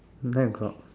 nine o-clock